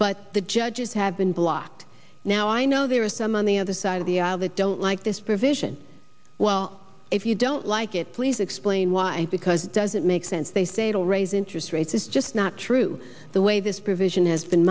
but the judges have been blocked now i know there are some on the other side of the aisle that don't like this provision well if you don't like it please explain why because it doesn't make sense they say it'll raise interest rates it's just not true the way this provision has been